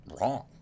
wrong